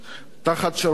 תחת שרביטך,